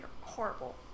horrible